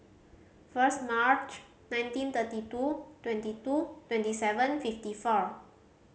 first March nineteen thirty two twenty two twenty seven fifty four